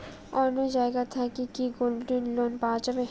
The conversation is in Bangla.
অন্য জায়গা থাকি কি গোল্ড লোন পাওয়া যাবে?